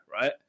right